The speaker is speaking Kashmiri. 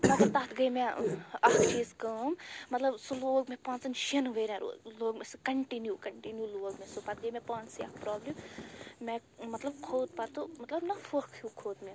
مگر تَتھ گٔے مےٚ اَکھ چیٖز کٲم مطلب سُہ لوگ مےٚ پٲنٛژَن شیٚن ؤرۍ ین لوگ مےٚ سُہ کَنٹِنِو کَنٹِنِو لوگ مےٚ سُہ پَتہٕ گٔے مےٚ پانسٕے اَکھ پرٛابلِم مےٚ مطلب کھوٚت پَتہٕ مطلب نا پھۄکھ ہیٛو کھوٚت مےٚ